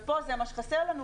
ופה זה מה שחסר לנו,